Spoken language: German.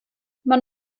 man